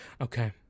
Okay